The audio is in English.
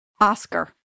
Oscar